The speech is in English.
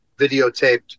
videotaped